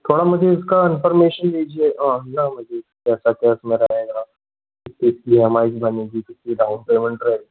थोड़ा मुझे इसका इन्फॉर्मेशन दीजिए या मुझे पैसा कैश में रहेगा कितनी इ एम आई भरनी होगी कितना डाउन पेमेंट रहेगा